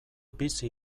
bizi